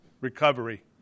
recovery